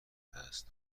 دست